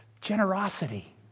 generosity